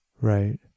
Right